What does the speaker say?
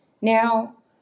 Now